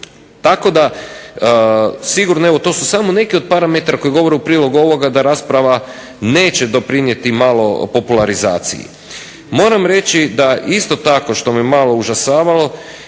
Tako da sigurno ovo su samo neke od parametra koji govori u prilog ovoga da rasprave neće doprinijeti malo popularizaciji. Moram reći da isto tako što me malo užasavalo